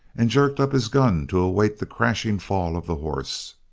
and jerked up his gun to await the crashing fall of the horse.